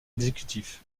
exécutif